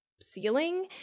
ceiling